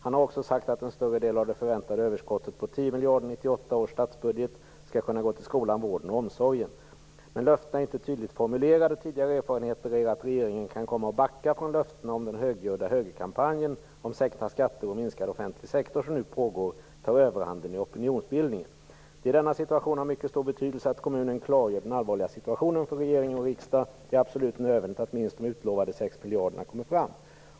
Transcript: Han har också sagt att en större del av det förväntade överskottet på 10 miljarder i 1998 års statsbudget skall kunna gå till skolan, vården och omsorgen. Men löftena är inte tydligt formulerade, och tidigare erfarenheter är att regeringen kan komma att backa från löftena om den högljudda högerkampanjen om sänkta skatter och minskad offentlig sektor som nu pågår tar överhanden i opinionsbildningen. I denna situation har det mycket stor betydelse att kommunen klargör den allvarliga situationen för regering och riksdag. Det är absolut nödvändigt att minst de utlovade 6 miljarderna kommer fram.